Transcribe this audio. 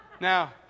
Now